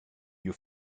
you